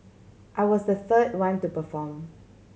I was the third one to perform